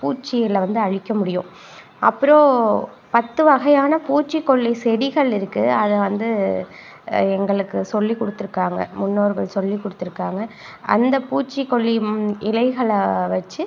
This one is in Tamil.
பூச்சிகளை வந்து அழிக்க முடியும் அப்புறம் பத்து வகையான பூச்சிக்கொல்லி செடிகள் இருக்குது அதை வந்து எங்களுக்குச் சொல்லிக் கொடுத்துருக்காங்க முன்னோர்கள் சொல்லிக் கொடுத்துருக்காங்க அந்த பூச்சிக்கொல்லி இலைகளை வச்சு